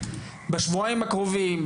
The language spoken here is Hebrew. בשבועיים הקרובים,